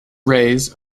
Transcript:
rays